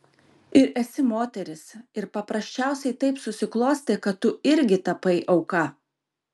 ir esi moteris ir paprasčiausiai taip susiklostė kad tu irgi tapai auka